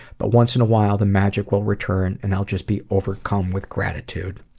but once in a while the magic will return, and i'll just be overcome with gratitude.